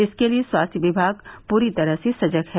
इसके लिये स्वास्थ्य विभाग पूरी तरह से सजग है